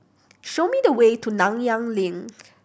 show me the way to Nanyang Link